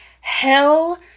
Hell